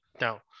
Now